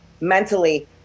mentally